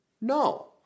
No